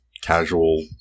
casual